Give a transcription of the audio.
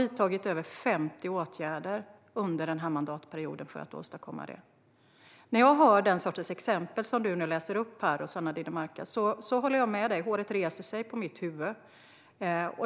Vi har vidtagit över 50 åtgärder under den här mandatperioden för att åstadkomma detta. När jag hör dig läsa upp dessa exempel, Rossana Dinamarca, håller jag med dig. Håret reser sig på mitt huvud.